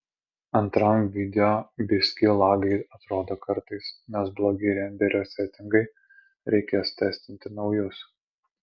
antram video biskį lagai atrodo kartais nes blogi renderio setingai reikės testinti naujus